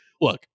look